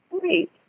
Great